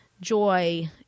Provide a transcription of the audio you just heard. Joy